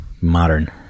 Modern